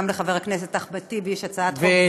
גם לחבר הכנסת אחמד טיבי יש הצעת חוק זהה,